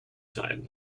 side